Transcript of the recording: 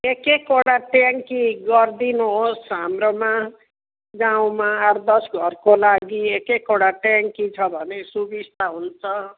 एक एकलटा ट्याङ्की गरिदिनुहोस् हाम्रोमा गाउँमा आठ दस घरको लागि एक एकवटा ट्याङ्की छ भने सुविस्ता हुन्छ